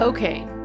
Okay